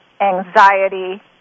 anxiety